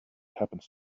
happens